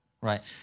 right